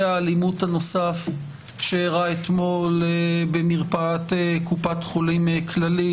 האלימות הנוסף שאירע אתמול במרפאת קופת חולים כללית,